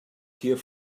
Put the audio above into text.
here